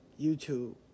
YouTube